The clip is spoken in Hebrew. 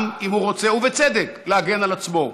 גם אם הוא רוצה, ובצדק, להגן על עצמו.